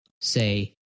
say